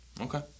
Okay